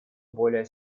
более